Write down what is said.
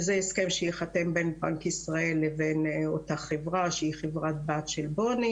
זה הסכם שייחתם בין בנק ישראל לבין אותה חברה שהיא חברת בת של BONY,